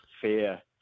fear